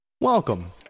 Welcome